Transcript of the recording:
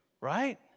right